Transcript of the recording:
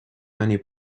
many